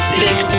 big